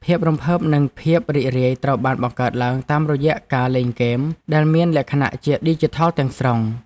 ភាពរំភើបនិងភាពរីករាយត្រូវបានបង្កើតឡើងតាមរយៈការលេងហ្គេមដែលមានលក្ខណៈជាឌីជីថលទាំងស្រុង។